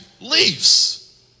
leaves